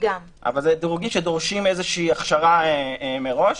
אלה דירוגים שדורשים איזושהי הכשרה מראש,